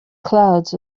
clouds